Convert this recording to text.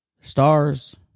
Stars